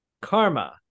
karma